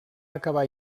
acabar